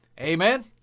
Amen